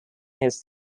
his